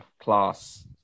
class